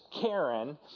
Karen